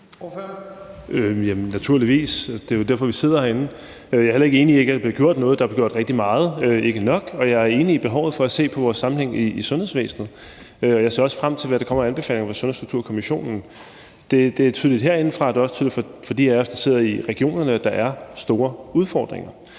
Naturligvis, det er jo derfor, vi sidder herinde. Jeg er heller ikke enig i, at der ikke er blevet gjort noget. Der er blevet gjort rigtig meget, men ikke nok, og jeg er enig i behovet for at se på vores sammenhæng i sundhedsvæsenet. Jeg ser også frem til, hvad der kommer af anbefalinger fra Sundhedsstrukturkommissionen. Det er tydeligt herindefra, og det er også tydeligt for